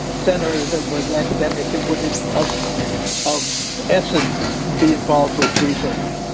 center that was academic it would of of essence, be involved with research.